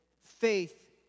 faith